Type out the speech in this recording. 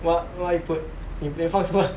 wha~ what you put